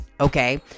okay